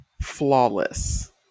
Flawless